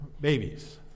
babies